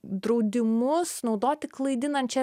draudimus naudoti klaidinančią